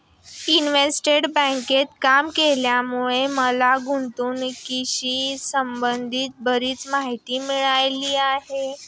investment बँकेत काम केल्यामुळे मला गुंतवणुकीशी संबंधित बरीच माहिती मिळाली आहे